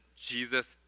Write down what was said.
Jesus